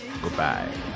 goodbye